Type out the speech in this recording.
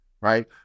right